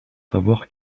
savoir